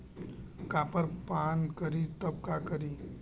Copper पान करी तब का करी?